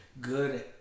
good